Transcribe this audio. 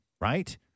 right